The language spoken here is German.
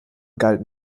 galten